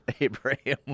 Abraham